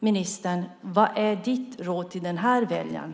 Ministern, vad är ditt råd till den här väljaren?